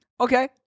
Okay